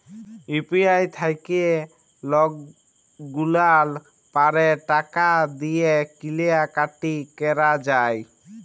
UPI থ্যাইকে লকগুলাল পারে টাকা দিঁয়ে কিলা কাটি ক্যরা যায়